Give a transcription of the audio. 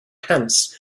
pants